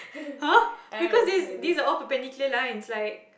!huh! because this is these are all perpendicular lines like